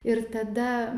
ir tada